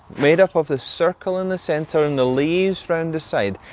made up of the circle in the centre and the leaves round the side,